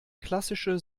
klassische